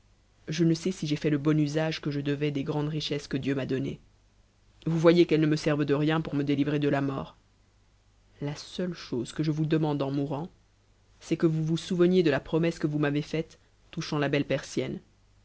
je ne sais si j'ai fait le bon usage que je devais des grandes richesses que dieu m'a données vous voyez qu'elles nf me servent de rien pour me délivrer de la mort la seule chose que je vous demande en mourant c'est que vous vous souveniez de la promesse que vous m'avez faite touchant la belle persienne